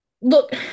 look